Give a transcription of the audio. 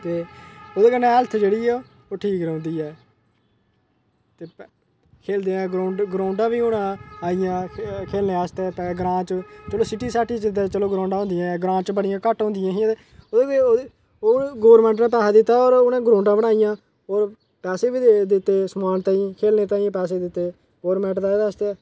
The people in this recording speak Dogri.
ते ओह्दे कन्नै हेल्थ जेह्ड़ी ऐ ठीक ओह् ठीक रौहंदी ऐ खेल्लदे ऐ ते ग्राउंडां बी आइयां हून ग्रांऽ च खेल्लने आस्तै चलो सिटी साटी च ग्राउंडां होंदियां आं पर ग्रांऽ च घट्ट होंदियां हियां ओह् गौरमेंट नै पैसा दित्ता होर उ'नें ग्राउंडां बनाइयां होर पैसे बी दित्ते समान ताहीं खेल्लनै ताहीं पैसे दित्ते होर मेडल बास्तै